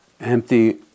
empty